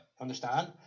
Understand